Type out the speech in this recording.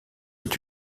est